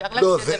מבחינתנו,